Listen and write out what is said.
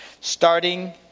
starting